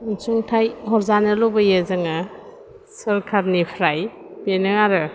अनसुंथाइ हरजानो लुबैयो जोङो सरखारनिफ्राय बेनो आरो